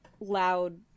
loud